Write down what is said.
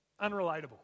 unrelatable